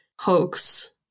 hoax